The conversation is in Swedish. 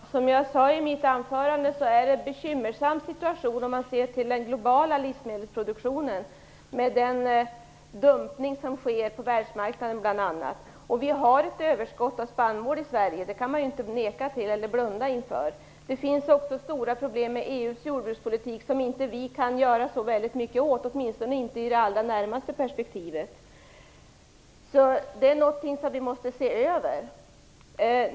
Fru talman! Som jag sade i mitt anförande är det en bekymmersam situation om man ser till den globala livsmedelsproduktionen, bl.a. med den dumpning som sker på världsmarknaden. Vi har ett överskott av spannmål i Sverige. Det kan man inte neka till eller blunda inför. Det finns också stora problem med EU:s jordbrukspolitik som Sverige inte kan göra så väldigt mycket åt, åtminstone inte under den allra närmaste tiden. Det är en öppning som vi måste se över.